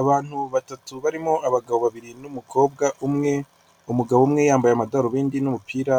Abantu batatu barimo abagabo babiri n'umukobwa umwe umugabo umwe yambaye amadarubindi n'umupira